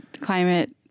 climate